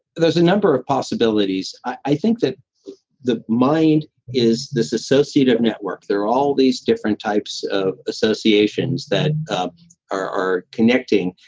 there's a number of possibilities. i think that the mind is this associated network. there are all these different types of associations that ah are connecting,